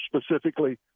specifically